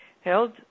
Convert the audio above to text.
held